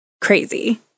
crazy